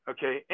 Okay